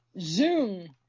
Zoom